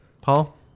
Paul